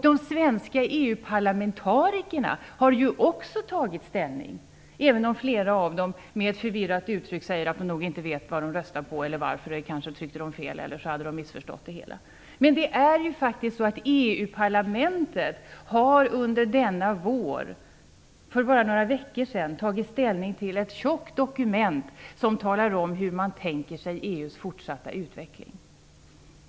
De svenska EU-parlamentarikerna har ju också tagit ställning, även om flera av dem med ett förvirrat uttryck i ansiktet säger att de nog inte vet vad de röstade på eller varför. De kanske tryckte fel, eller också hade de missförstått det hela. Men EU-parlamentet har ju faktiskt under denna vår - för bara några veckor sedan - tagit ställning till ett omfattande dokument som anger hur man tänker sig EU:s fortsatta utveckling.